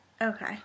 Okay